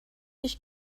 ich